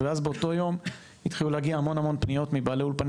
ואז באותו יום התחילו להגיע המון המון פניות מבעלי אולפני